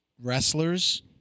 wrestlers